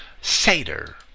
Seder